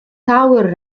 tower